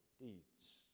deeds